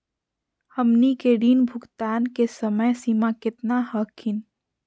हमनी के ऋण भुगतान के समय सीमा केतना हखिन?